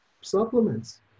Supplements